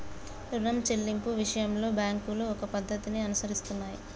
రుణం చెల్లింపు విషయంలో బ్యాంకులు ఒక పద్ధతిని అనుసరిస్తున్నాయి